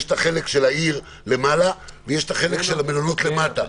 יש את החלק של העיר למעלה ויש את החלק של המלונות למטה.